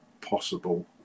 possible